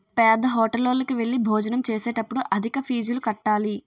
పేద్దహోటల్లోకి వెళ్లి భోజనం చేసేటప్పుడు అధిక ఫీజులు కట్టాలి